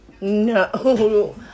No